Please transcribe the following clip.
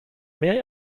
may